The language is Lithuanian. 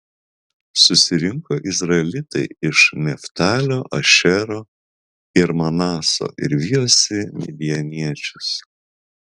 susirinko izraelitai iš neftalio ašero ir manaso ir vijosi midjaniečius